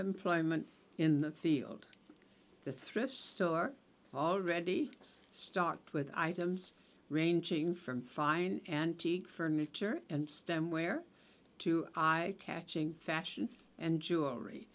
employment in the field the thrift store already has stocked with items ranging from fine antique furniture and stemware to catching fashion and jewelry